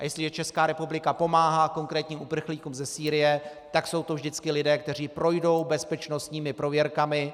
A jestliže Česká republika pomáhá konkrétním uprchlíkům ze Sýrie, tak jsou to vždycky lidé, kteří projdou bezpečnostními prověrkami.